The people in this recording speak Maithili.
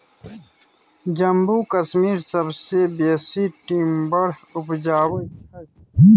जम्मू कश्मीर सबसँ बेसी टिंबर उपजाबै छै